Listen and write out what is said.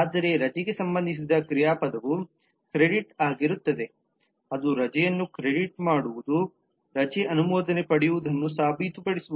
ಆದರೆ ರಜೆಗೆ ಸಂಬಂಧಿಸಿದ ಕ್ರಿಯಾಪದವು ಕ್ರೆಡಿಟ್ ಆಗಿರುತ್ತದೆ ಅದು ರಜೆಯನ್ನು ಕ್ರೆಡಿಟ್ ಮಾಡುವುದು ರಜೆ ಅನುಮೋದನೆ ಪಡೆಯುವುದನ್ನು ಸಾಬೀತುಪಡಿಸುವುದು